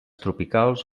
tropicals